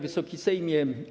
Wysoki Sejmie!